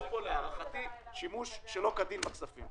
יש פה, להערכתי, שימוש שלא כדין בכספים.